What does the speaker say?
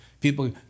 People